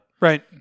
Right